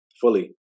fully